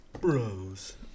Bros